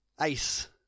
Ace